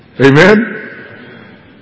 Amen